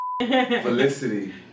Felicity